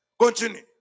Continue